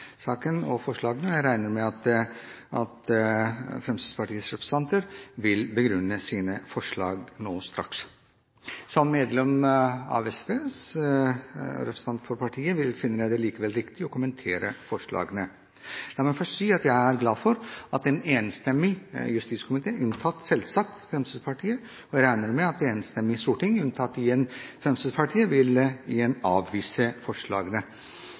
saken og forslagene. Jeg regner med at Fremskrittspartiets representanter vil begrunne sine forslag nå straks. Som medlem av Sosialistisk Venstreparti, og representant for det partiet, finner jeg det likevel riktig å kommentere forslagene. La meg først si at jeg er glad for at en enstemmig justiskomité, selvsagt unntatt Fremskrittspartiet, og jeg regner med et enstemmig storting, igjen unntatt Fremskrittspartiet, vil avvise forslagene.